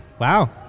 wow